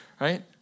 right